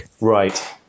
Right